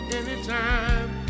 anytime